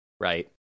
Right